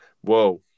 Whoa